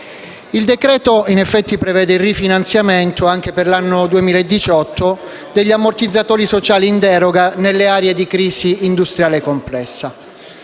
Il decreto-legge, in effetti, prevede il rifinanziamento, anche per l'anno 2018, degli ammortizzatori sociali in deroga nelle aree di crisi industriale complessa.